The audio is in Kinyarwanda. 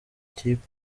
kipe